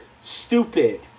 stupid